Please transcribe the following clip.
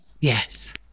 Yes